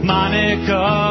Monica